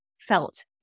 felt